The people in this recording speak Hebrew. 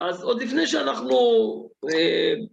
אז עוד לפני שאנחנו...